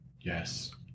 Yes